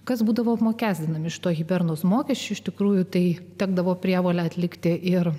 kas būdavo apmokestinami iš to hibernus mokesčių iš tikrųjų tai tekdavo prievolę atlikti ir